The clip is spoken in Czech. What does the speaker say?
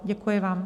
Děkuji vám.